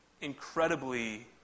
incredibly